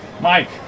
Mike